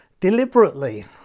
deliberately